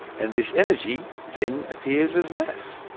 and this energy then appears as mass.